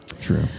True